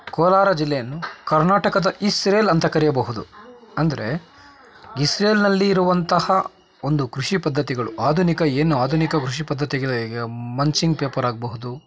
ಕೋಲಾರ ಜಿಲ್ಲೆಯನ್ನು ಕರ್ನಾಟಕದ ಇಸ್ರೇಲ್ ಅಂತ ಕರಿಯಬಹುದು ಅಂದರೆ ಇಸ್ರೇಲ್ನಲ್ಲಿರುವಂತಹ ಒಂದು ಕೃಷಿ ಪದ್ಧತಿಗಳು ಆಧುನಿಕ ಏನು ಆಧುನಿಕ ಕೃಷಿ ಪದ್ಧತಿಗ ಈಗ ಮಂಚಿನ್ ಪೇಪರ್ ಆಗಬಹುದು